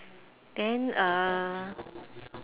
then uh